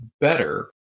better